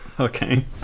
okay